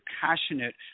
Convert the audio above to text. passionate